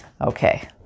Okay